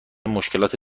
مشکلات